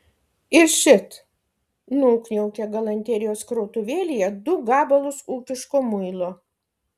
ir šit nukniaukė galanterijos krautuvėlėje du gabalus ūkiško muilo